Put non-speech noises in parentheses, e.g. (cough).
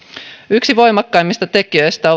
yksi voimakkaimmista tekijöistä (unintelligible)